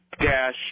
dash